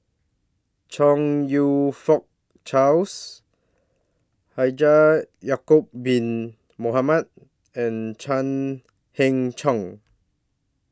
Chong YOU Fook Charles Haji Ya'Acob Bin Mohamed and Chan Heng Chee